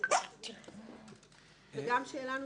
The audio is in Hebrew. והערה נוספת: